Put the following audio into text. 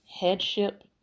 Headship